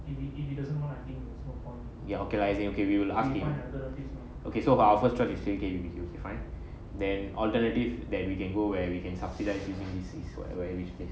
ya okay lah as in okay we will ask him okay so but our first choice is K_B_B_Q okay fine then alternative that we can go where we can subsidies using this this whatever place